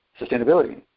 sustainability